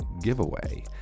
giveaway